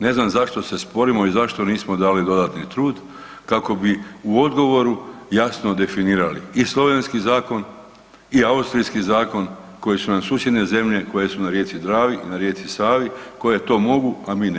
Ne znam zašto se sporimo i zašto nismo dali dodatni trud kako bi u odgovoru jasno definirali i slovenski zakon i austrijski zakon koji su nam susjedne zemlje, koje su na rijeci Dravi i na rijeci Savi koje to mogu, a mi ne